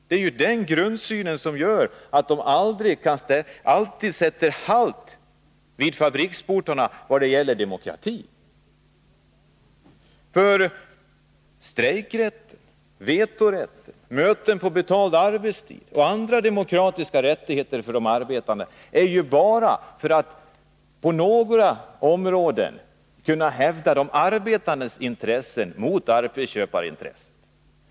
Det är den grundsynen som gör att de alltid sätter halt vid fabriksportarna i vad gäller demokratin. Strejkrätt, vetorätt, möten på betald arbetstid och andra demokratiska rättigheter för de arbetande krävs ju bara för att man på några områden skall kunna hävda de arbetandes intressen mot arbetsköparintressena.